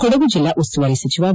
ಕೊಡಗು ಜಿಲ್ಲಾ ಉಸ್ತುವಾರಿ ಸಚಿವ ವಿ